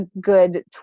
good